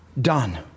Done